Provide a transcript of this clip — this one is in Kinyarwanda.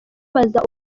baza